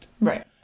right